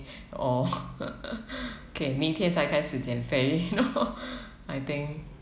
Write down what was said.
or K 明天才开始减肥 you know I think